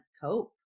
cope